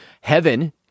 Heaven